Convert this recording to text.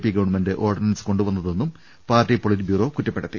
P government ordinance കൊണ്ടുവന്നതെന്നും party politburo കുറ്റപ്പെടുത്തി